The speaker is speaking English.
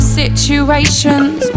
situations